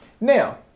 Now